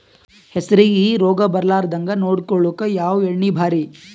ಹೆಸರಿಗಿ ರೋಗ ಬರಲಾರದಂಗ ನೊಡಕೊಳುಕ ಯಾವ ಎಣ್ಣಿ ಭಾರಿ?